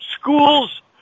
schools